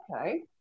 okay